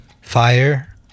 Fire